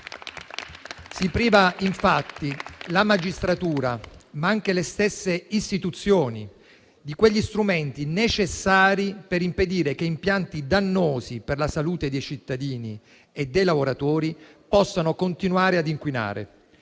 Si priva infatti la magistratura, ma anche le stesse istituzioni, di quegli strumenti necessari per impedire che impianti dannosi per la salute dei cittadini e dei lavoratori possano continuare ad inquinare,